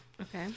Okay